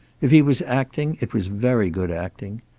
if he was acting it was very good acting.